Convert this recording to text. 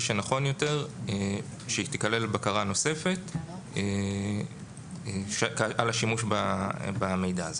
שנכון יותר שתיכלל בקרה נוספת על השימוש במידע הזה.